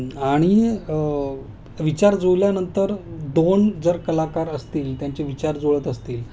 आणि विचार जुलल्यानंतर दोन जर कलाकार असतील त्यांचे विचार जुळत असतील